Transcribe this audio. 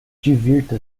divirta